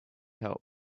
help